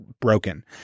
broken